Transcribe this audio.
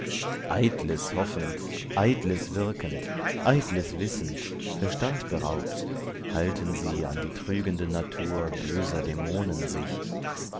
eitles hoffend eitles wirkend eitles wissend verstand beraubt halten sie an die trügende natur böser dämonen sich